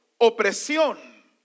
opresión